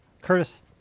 Curtis